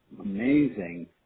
amazing